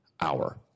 hour